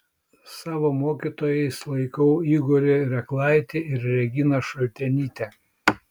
savo mokytojais laikau igorį reklaitį ir reginą šaltenytę